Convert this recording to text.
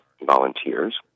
volunteers